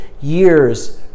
years